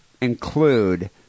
include